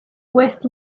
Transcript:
west